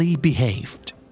behaved